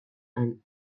and